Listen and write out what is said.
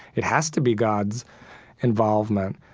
it has to be god's involvement.